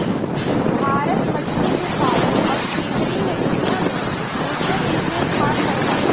भारत मछली के पालन आउर फ़िशरी मे दुनिया मे दूसरे तीसरे स्थान पर हौ